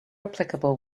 applicable